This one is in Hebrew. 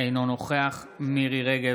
אינו נוכח מירי מרים רגב,